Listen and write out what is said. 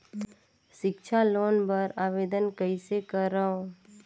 सिक्छा लोन बर आवेदन कइसे करव?